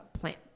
plant